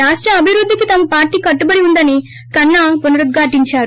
రాష్ట అభివృద్దికి తమ పార్టీ కట్టుబడి వుందని కన్నా పునరిద్గాటించారు